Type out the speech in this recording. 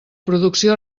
producció